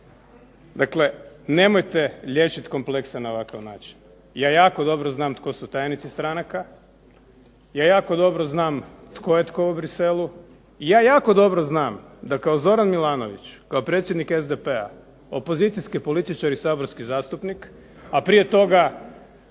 Dakle, nemojte liječiti komplekse na ovakav način. Ja jako dobro znam tko su tajnici stranaka, ja jako dobro znam tko je tko u Bruxellesu i ja jako dobro znam da kao Zoran Milanović, kao predsjednik SDP-a opozicijski političar i saborski zastupnik, a prije toga